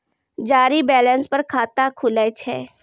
Zero balance पर खाता खुले छै?